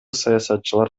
саясатчылар